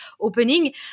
opening